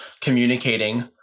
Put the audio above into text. communicating